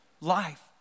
life